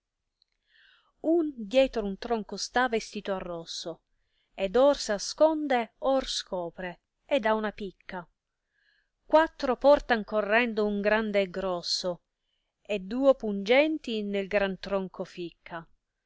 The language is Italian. un dietro a un tronco sta vestito a rosso ed or ss asconde or scopre ed ha una picca quattro portan correndo un grande e grosso e duo pungenti nel gran tronco ficca